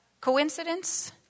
Coincidence